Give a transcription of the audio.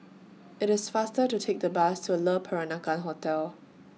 IT IS faster to Take The Bus to Le Peranakan Hotel